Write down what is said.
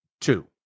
two